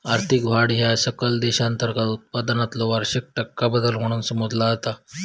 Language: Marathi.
आर्थिक वाढ ह्या सकल देशांतर्गत उत्पादनातलो वार्षिक टक्का बदल म्हणून मोजला जाता